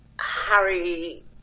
Harry